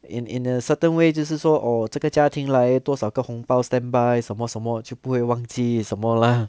in in a certain way 就是说 oh 这个家庭来多少个红包 standby 什么什么就不会忘记什么 lah